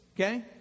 okay